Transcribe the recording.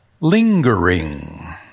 lingering